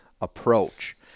approach